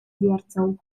wiercą